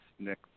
Nick